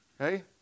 Okay